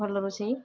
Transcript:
ଭଲ ରୋଷେଇ